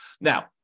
Now